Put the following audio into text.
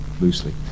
loosely